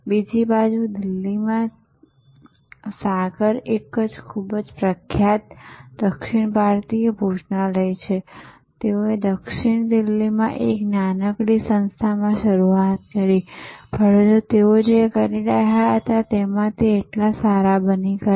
બીજી બાજુ દિલ્હીમાં સાગર એક ખૂબ જ પ્રખ્યાત દક્ષિણ ભારતીય ભોજનાલય છે તેઓએ દક્ષિણ દિલ્હીમાં એક નાનકડી સંસ્થામાં શરૂઆત કરી પરંતુ તેઓ જે કરી રહ્યા હતા તેમાં તેઓ એટલા સારા બની ગયા